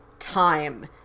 Time